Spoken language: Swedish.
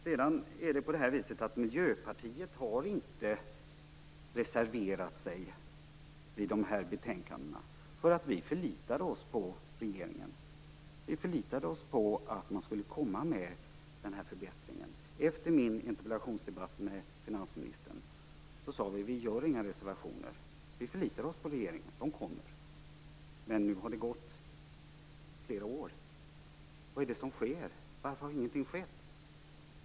Sedan har inte Miljöpartiet reserverat sig i samband med de här betänkandena därför att vi förlitade oss på regeringen. Vi förlitade oss på att man skulle komma med den här förbättringen. Efter min interpellationsdebatt med finansministern sade vi: Vi gör inga reservationer. Vi förlitar oss på regeringen. Den kommer med det här. Men nu har det gått flera år. Vad är det som sker? Varför har ingenting skett?